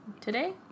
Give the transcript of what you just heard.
today